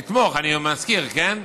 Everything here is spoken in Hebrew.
לתמוך, אני מזכיר, כן?